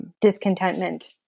Discontentment